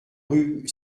rue